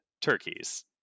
turkeys